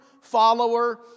follower